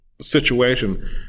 situation